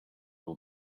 will